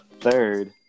third